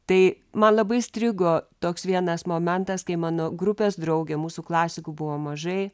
tai man labai įstrigo toks vienas momentas kai mano grupės draugė mūsų klasikų buvo mažai